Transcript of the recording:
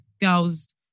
girls